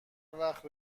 وقت